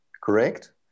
correct